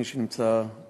מי שנמצא במליאה,